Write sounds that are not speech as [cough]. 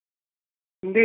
[unintelligible]